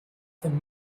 von